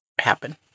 happen